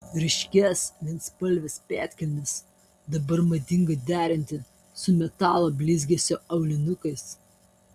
ryškias vienspalves pėdkelnes dabar madinga derinti su metalo blizgesio aulinukais